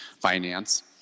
finance